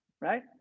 right